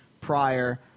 prior